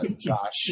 Josh